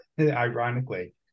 ironically